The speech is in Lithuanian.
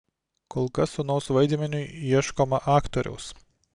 kol kas sūnaus vaidmeniui ieškoma aktoriaus